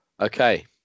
Okay